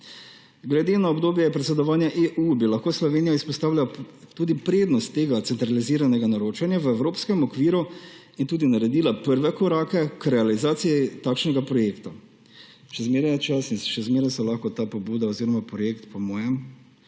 Glede na obdobje predsedovanja EU bi lahko Slovenija izpostavila tudi prednost tega centraliziranega naročanja v evropskem okviru in tudi naredila prve korake k realizaciji takšnega projekta. Še zmeraj je čas in še zmeraj se lahko ta projekt po mojem